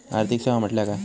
आर्थिक सेवा म्हटल्या काय?